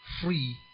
free